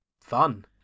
fun